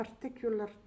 particular